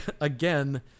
again